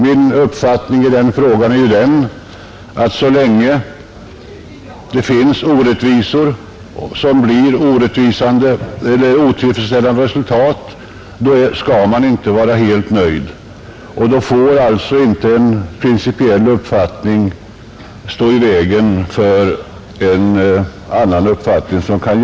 Min uppfattning i det avseendet är den, att så länge otillfredsställande bestämmelser leder till orättvisor skall man inte vara helt nöjd; då får inte en principiell uppfattning stå i vägen när det gäller att avskaffa sådana bestämmelser.